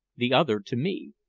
the other to me,